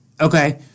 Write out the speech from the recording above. Okay